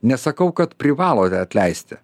nesakau kad privalote atleisti